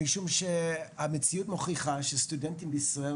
המציאות מוכיחה שסטודנטים בישראל,